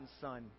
Son